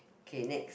k next